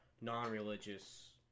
non-religious